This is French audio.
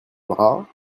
bras